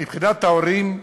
מבחינת ההורים,